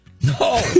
No